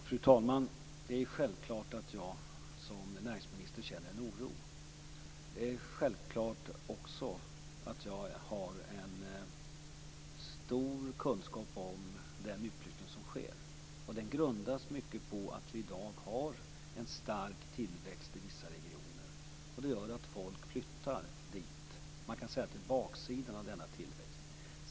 Fru talman! Det är självklart att jag som näringsminister känner en oro. Det är också självklart att jag har en stor kunskap om den utflyttning som sker. Den grundas mycket på att vi i dag har en stark tillväxt i vissa regioner. Det gör att folk flyttar dit. Man kan säga att det är baksidan av denna tillväxt.